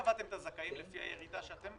אתם קבעים את הזכאים לפי הירידה שאתם קובעים.